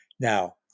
Now